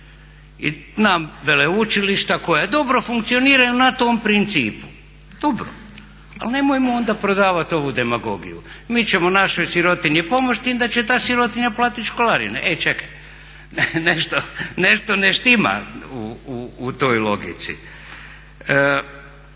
znam veleučilišta koja dobro funkcioniraju … principu dobro, ali nemojmo onda prodavati ovu demagogiju. Mi ćemo našoj sirotinji pomoći s tim da će ta sirotinja platiti školarine. E čekaj, nešto ne štima u toj logici.